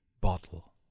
bottle